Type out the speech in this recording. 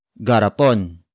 garapon